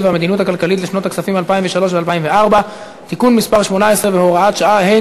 והמדיניות הכלכלית לשנות הכספים 2003 ו-2004) (תיקון מס' 18 והוראת שעה),